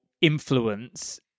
influence